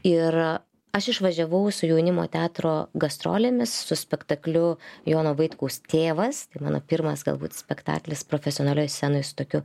ir aš išvažiavau su jaunimo teatro gastrolėmis su spektakliu jono vaitkaus tėvas tai mano pirmas galbūt spektaklis profesionalioj scenoj su tokiu